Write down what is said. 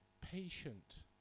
patient